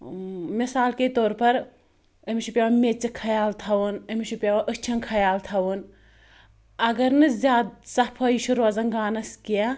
مِثال کے طور پَر أمِس چھُ پیٚوان میٚژِ خَیال تھاوُن أمِس چھُ پیٚوان أچھَن خیال تھاوُن اگر نہٕ زیادٕ صَفٲیی چھِ روزان گانَس کیٚنٛہہ